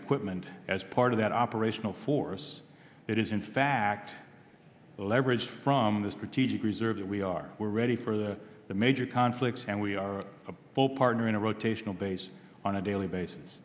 equipment as part of that operational force that is in fact the leverage from the strategic reserve that we are we're ready for the major conflicts and we are a full partner in a rotational basis on a daily basis